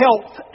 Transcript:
health